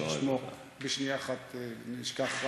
ששמו בשנייה אחת נשכח.